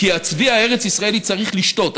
כי הצבי הארץ-ישראלי צריך לשתות.